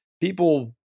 people